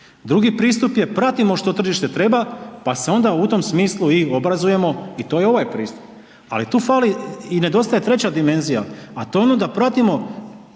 Drugi pristup je pratimo što tržište treba pa se onda u tom smislu i obrazujemo i to je ovaj pristup, ali tu fali i nedostaje treća dimenzija, a to je ono da pratimo